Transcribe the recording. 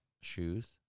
shoes